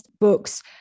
books